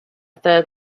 third